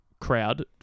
crowd